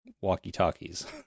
walkie-talkies